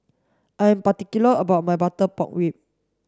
I'm particular about my butter pork ribs